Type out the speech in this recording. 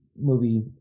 movie